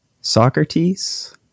Socrates